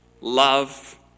love